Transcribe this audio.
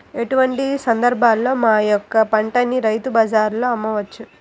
ఎటువంటి సందర్బాలలో మా యొక్క పంటని రైతు బజార్లలో అమ్మవచ్చు?